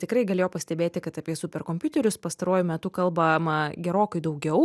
tikrai galėjo pastebėti kad apie superkompiuterius pastaruoju metu kalbama gerokai daugiau